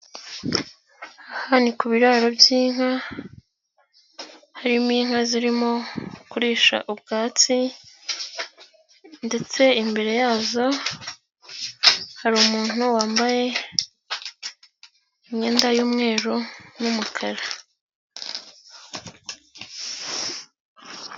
Aha ni ku biraro by'inka, harimo inka zirimo kurisha ubwatsi ndetse imbere yazo, hari umuntu wambaye imyenda y'umweru n'umukara.